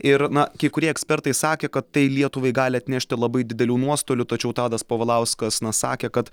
ir na kai kurie ekspertai sakė kad tai lietuvai gali atnešti labai didelių nuostolių tačiau tadas povilauskas na sakė kad